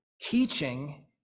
Teaching